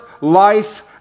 life